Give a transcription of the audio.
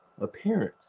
appearance